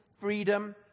freedom